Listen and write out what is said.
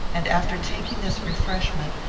and, after taking this refreshment,